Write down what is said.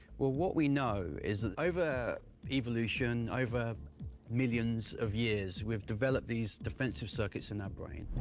well, what we know is that over evolution, over millions of years, we've developed these defensive circuits in our brain.